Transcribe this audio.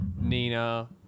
Nina